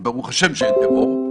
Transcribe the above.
וברוך השם שאין טרור,